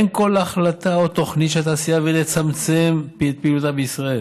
אין כל החלטה או תוכנית של התעשייה האווירית לצמצם את פעילותה בישראל